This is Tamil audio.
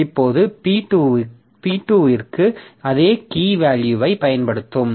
இப்போது P2 க்கு அதே கீ வேல்யூவை பயன்படுத்தும்